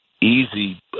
easy